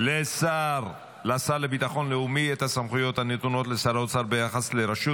לשר לביטחון לאומי את הסמכויות הנתונות לשר האוצר ביחס לרשות